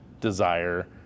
desire